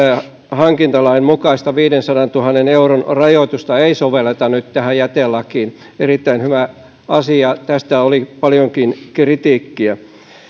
hankintalain mukaista viidensadantuhannen euron rajoitusta ei sovelleta nyt tähän jätelakiin erittäin hyvä asia tästä oli paljonkin kritiikkiä